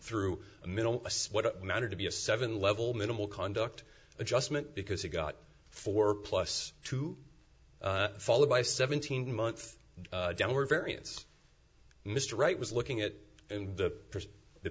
through a middle man or to be a seven level minimal conduct adjustment because he got four plus two followed by seventeen month downward variance mr wright was looking at the the